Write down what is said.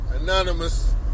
Anonymous